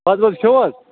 بتہٕ وتہٕ کھیوٚ حظ